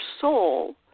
soul